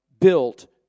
built